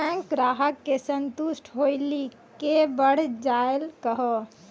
Bank ग्राहक के संतुष्ट होयिल के बढ़ जायल कहो?